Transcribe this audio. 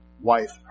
wife